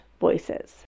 voices